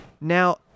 now